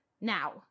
now